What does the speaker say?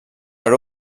per